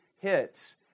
hits